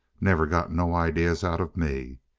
never got no ideas out of me.